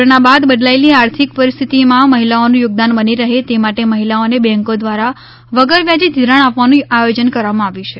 corona બાદ બદલાયેલી આર્થિક પરિસ્થિતિમાં મહિલાઓનું યોગદાન બની રહે તે માટે મહિલાઓને બેન્કો દ્વારા વગર વ્યાજે ધીરાણ આપવાનું આયોજન કરવામાં આવ્યું છે